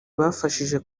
bafashije